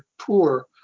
poor